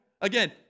again